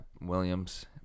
Williams